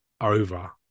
over